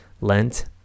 lent